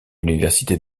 l’université